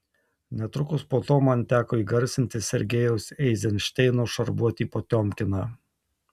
netrukus po to man teko įgarsinti sergejaus eizenšteino šarvuotį potiomkiną